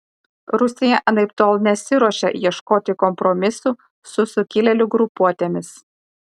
rusija anaiptol nesiruošia ieškoti kompromisų su sukilėlių grupuotėmis